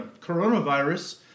coronavirus